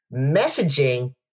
messaging